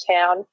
town